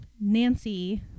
Nancy